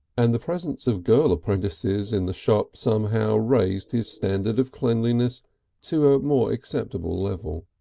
and the presence of girl apprentices in the shop somehow raised his standard of cleanliness to a more acceptable level.